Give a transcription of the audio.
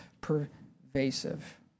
pervasive